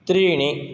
त्रीणि